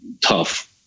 tough